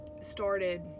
started